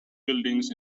buildings